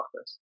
office